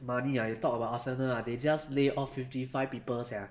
money ah you talk about arsenal ah they just lay off fifty five people sia